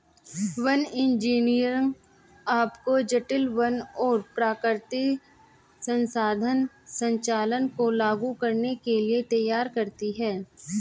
one engineering आपको जटिल वन और प्राकृतिक संसाधन संचालन को लागू करने के लिए तैयार करती है